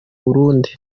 burundi